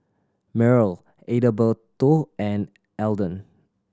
Myrl Adalberto and Alden